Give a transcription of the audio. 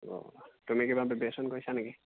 অঁ তুমি কিবা প্ৰিপেৰেশ্যন কৰিছা নেকি